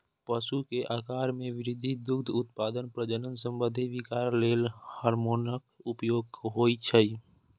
पशु के आाकार मे वृद्धि, दुग्ध उत्पादन, प्रजनन संबंधी विकार लेल हार्मोनक उपयोग होइ छै